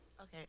Okay